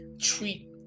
treat